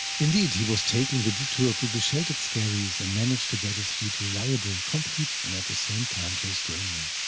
indeed, he was taking the detour through the sheltered skerries and managed to get his fleet reliable, complete and at the same time to estonia.